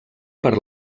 per